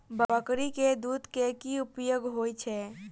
बकरी केँ दुध केँ की उपयोग होइ छै?